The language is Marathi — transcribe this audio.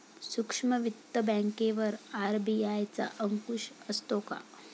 सूक्ष्म वित्त बँकेवर आर.बी.आय चा अंकुश असतो का?